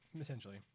essentially